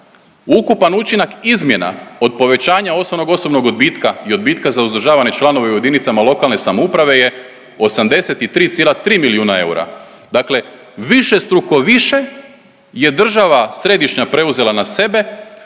Ukupan učinak izmjena od povećanja osnovnog osobnog odbitka i odbitka za uzdržavane članove u jedinicama lokalne samouprave je 83,3 milijuna eura, dakle višestruko više je država središnja preuzela na sebe